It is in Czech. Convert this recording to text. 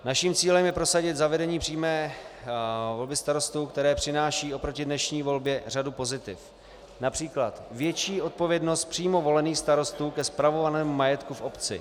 Naším cílem je prosadit zavedení přímé volby starostů, které přináší oproti dnešní volbě řadu pozitiv, například větší odpovědnost přímo volených starostů ke spravovanému majetku v obci.